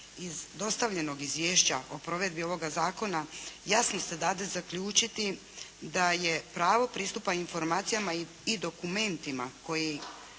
iz dostavljenog izvješća o provedbi ovoga zakona jasno se dade zaključiti da je pravo pristupa informacijama i dokumentima koje